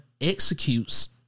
executes